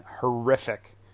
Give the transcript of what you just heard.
horrific